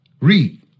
Read